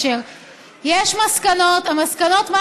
צריך לנסות להתקדם, באמת.